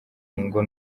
ngo